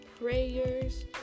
prayers